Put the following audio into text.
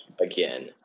again